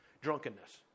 Drunkenness